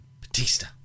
Batista